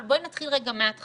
אבל בואי נתחיל רגע מהתחלה.